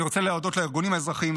אני רוצה להודות לארגונים האזרחיים,